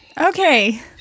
Okay